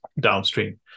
downstream